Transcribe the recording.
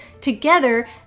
Together